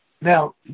Now